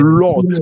lord